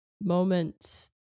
moments